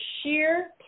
sheer